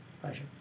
Pleasure